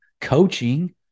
coaching